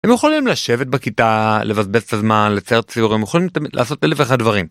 יכולים לשבת בכיתה לבזבז את הזמן לצייר ציורים יכולים לעשות אלף ואחד דברים.